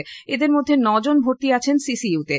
স এদের মধ্যে নজন ভর্তি আছেন সিসিইউ তে